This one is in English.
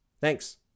Thanks